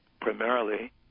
primarily